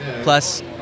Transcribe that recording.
plus